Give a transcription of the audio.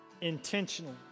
intentionally